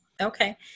Okay